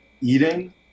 eating